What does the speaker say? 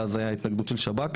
ואז הייתה התנגדות של שב"כ,